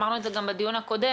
אמרנו את זה גם בדיון הקודם,